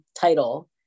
title